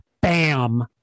Bam